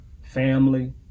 family